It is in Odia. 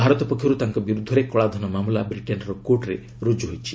ଭାରତ ପକ୍ଷରୁ ତାଙ୍କ ବିରୁଦ୍ଧରେ କଳାଧନ ମାମଲା ବ୍ରିଟେନ୍ କୋର୍ଟରେ ରୁଜୁ ହୋଇଛି